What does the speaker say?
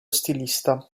stilista